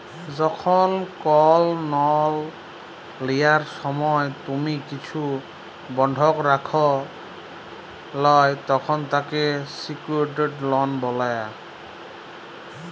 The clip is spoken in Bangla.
যখল কল লন লিয়ার সময় তুমি কিছু বনধক রাখে ল্যয় তখল তাকে স্যিক্যুরড লন বলে